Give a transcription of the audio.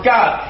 God